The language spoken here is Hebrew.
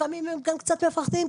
לפעמים הם קצת מפחדים,